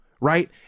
right